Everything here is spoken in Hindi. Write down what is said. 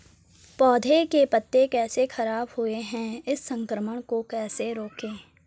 पौधों के पत्ते कैसे खराब हुए हैं इस संक्रमण को कैसे रोकें?